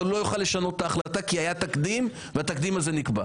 הוא לא יוכל לשנות את ההחלטה כי היה תקדים והתקדים הזה נקבע.